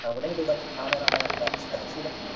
and would anybody like to comment on that that discrepancy there?